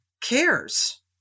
cares